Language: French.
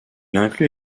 inclut